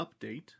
update